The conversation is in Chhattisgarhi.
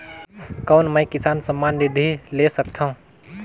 कौन मै किसान सम्मान निधि ले सकथौं?